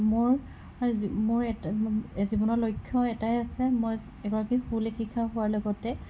মোৰ মোৰ জীৱনৰ লক্ষ্য এটাই আছে মই এগৰাকী সুলেখিকা হোৱাৰ লগতে